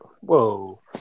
Whoa